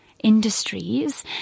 Industries